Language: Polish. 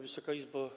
Wysoka Izbo!